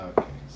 Okay